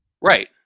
Right